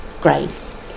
grades